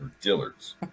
Dillard's